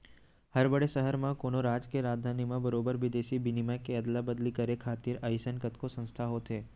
हर बड़े सहर म, कोनो राज के राजधानी म बरोबर बिदेसी बिनिमय के अदला बदली करे खातिर अइसन कतको संस्था होथे